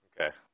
Okay